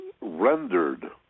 rendered